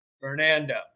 Fernando